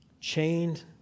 Chained